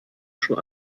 schon